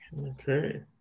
Okay